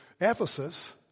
Ephesus